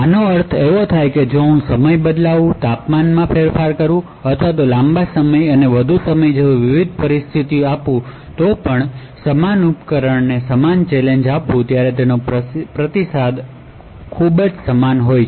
તેનો અર્થ એ છે કે જો હું સમય બદલાવું તાપમાનમાં ફેરફાર કરું અથવા લાંબા સમય અથવા વધુ સમય જેવી વિવિધ પરિસ્થિતિઓ સાથે સમાન ઉપકરણને સમાન ચેલેંજ પ્રદાન કરું છું તો રીસ્પોન્શ ખૂબ સમાન છે